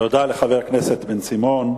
תודה לחבר הכנסת בן-סימון.